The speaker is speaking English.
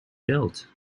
built